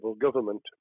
government